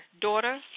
Daughter